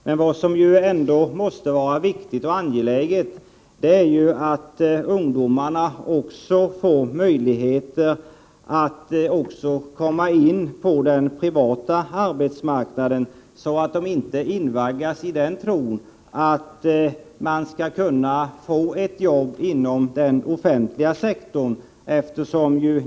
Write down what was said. Men vad som ändå måste vara angeläget är att ungdomarna också får möjligheter att komma in på den privata arbetsmarknaden, så att de inte invaggas i tron att man skall kunna få ett jobb på den offentliga sektorn.